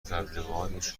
تبلیغات